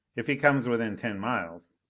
if he comes within ten miles,